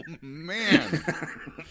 man